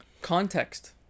Context